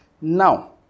Now